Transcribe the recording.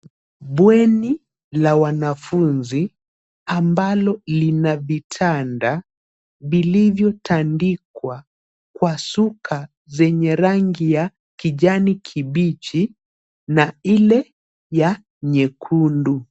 Bweni la wanafunzi ambalo lina vitanda vilivyotandikwa kwa shuka zenye rangi ya kijani kibichi na ile ya nyekundu.